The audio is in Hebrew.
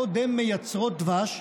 בעוד הן מייצרות דבש,